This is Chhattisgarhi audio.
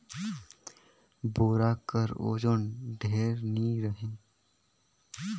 बोरा कर ओजन ढेर नी रहें